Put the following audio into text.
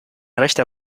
rechter